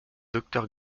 docteur